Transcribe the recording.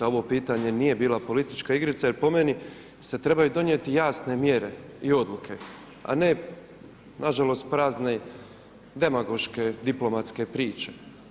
Ovo pitanje nije bila politička igrica, jer po meni se trebaju donijeti jasne mjere i odluke, a ne na žalost prazne demagoške, diplomatske priče.